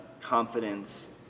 confidence